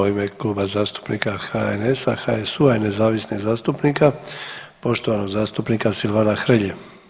u ime Kluba zastupnika HNS-a, HSU-a i nezavisnih zastupnika, poštovanog zastupnika Silvana Hrelje.